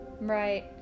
Right